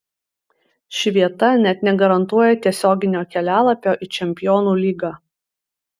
ši vieta net negarantuoja tiesioginio kelialapio į čempionų lygą